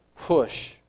push